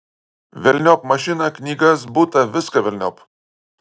velniop mašiną knygas butą viską velniop